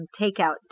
takeout